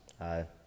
hi